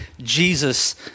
Jesus